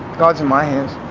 god's in my hands,